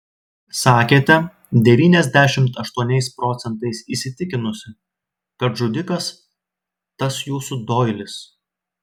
sakėte devyniasdešimt aštuoniais procentais įsitikinusi kad žudikas tas jūsų doilis